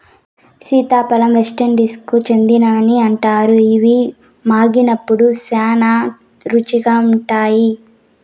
సీతాఫలం వెస్టిండీస్కు చెందినదని అంటారు, ఇవి మాగినప్పుడు శ్యానా రుచిగా ఉంటాయి